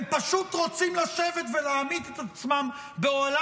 הם פשוט רוצים לשבת ולהמית את עצמם באוהלה